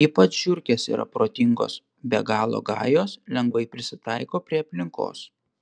ypač žiurkės yra protingos be galo gajos lengvai prisitaiko prie aplinkos